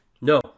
No